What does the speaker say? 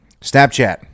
Snapchat